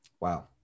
wow